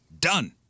Done